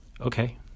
Okay